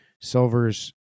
Silvers